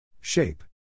Shape